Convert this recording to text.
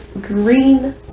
green